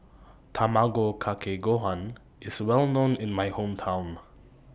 Tamago Kake Gohan IS Well known in My Hometown